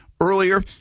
earlier